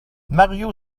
mario